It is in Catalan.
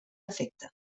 efecte